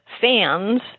fans –